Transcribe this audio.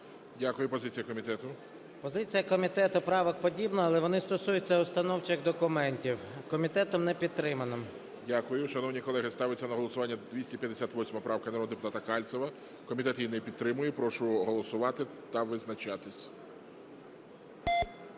М.Т. Позиція комітету правок подібна, але вони стосуються установчих документів. Комітетом не підтримано. ГОЛОВУЮЧИЙ. Дякую. Шановні колеги, ставиться на голосування 258 правка народного депутата Кальцева. Комітет її не підтримує. Прошу голосувати та визначатися.